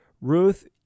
Ruth